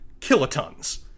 kilotons